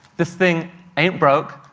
this thing ain't broke,